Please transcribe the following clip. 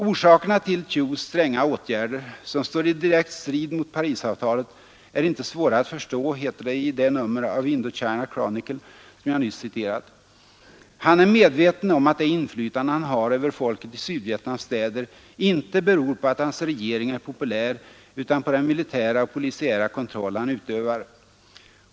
”Orsakerna till Thieus stränga åtgärder, som står i direkt strid mot Parisavtalet, är inte svåra att förstå”, heter det i det nummer av Indochina Chronicle som jag nyss citerat. ”Han är medveten om att det inflytande han har över folket i Sydvietnams städer inte beror på att hans regering är populär utan på den militära och polisiära kontroll han utövar.